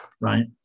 right